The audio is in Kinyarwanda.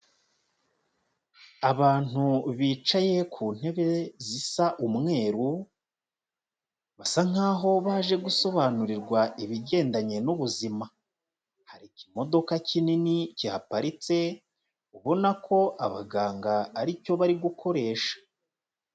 Abantu bicaye ku ntebe zisa umweru, basa nk'aho baje gusobanurirwa ibigendanye n'ubuzima. Hari ikimodoka kinini kihaparitse, ubona ko abaganga ari cyo bari gukoresha.